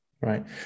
right